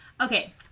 Okay